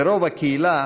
ורוב הקהילה